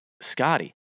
Scotty